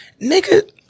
nigga